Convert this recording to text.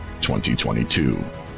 2022